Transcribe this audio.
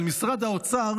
על משרד האוצר